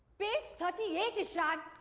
page thirty eight ishaan.